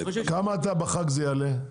כמה זה יעלה בחג?